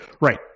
Right